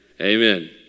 Amen